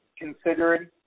considering